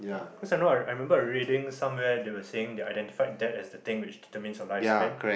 cause I know I remember reading some of that they were saying they identified that as the thing which determined a lifespan